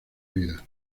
vida